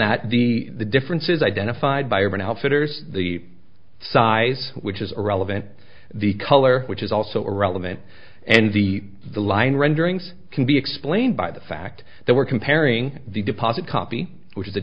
that the difference is identified by urban outfitters the size which is irrelevant the color which is also irrelevant and the the line renderings can be explained by the fact that we're comparing the deposit copy which